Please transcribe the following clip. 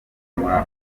africa